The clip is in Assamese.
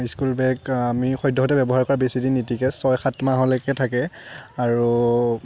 ইস্কুল বেগ আমি সদ্য়হতে ব্য়ৱহাৰ কৰা বেছিদিন নিটিকে ছয় সাতমাহলৈকে থাকে আৰু